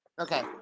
Okay